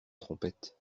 trompette